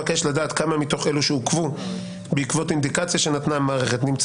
אבקש לדעת כמה מתוך אלו שעוכבו בעקבות אינדיקציה שנתנה המערכת נמצא